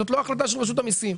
זאת לא החלטה של רשות המיסים,